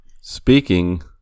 speaking